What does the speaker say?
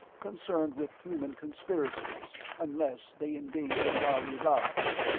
concerned with human conspiracies unless they endanger lhari lives.